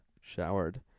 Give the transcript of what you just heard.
Showered